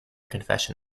confession